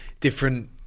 different